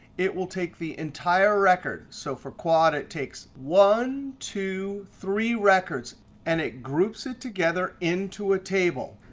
it will take the entire record. so for quad, it takes one, two, three records and it groups it together into a table.